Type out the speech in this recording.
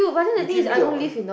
you give me the wire